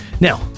Now